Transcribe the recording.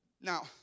Now